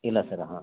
ಇಲ್ಲ ಸರ್ ಹಾಂ